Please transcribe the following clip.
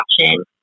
option